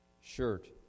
shirt